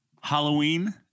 Halloween